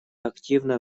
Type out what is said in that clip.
активно